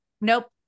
nope